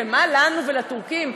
מה לנו ולטורקים?